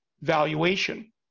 valuation